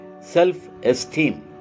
self-esteem